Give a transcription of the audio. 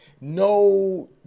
No